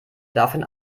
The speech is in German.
davon